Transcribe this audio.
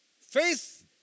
Faith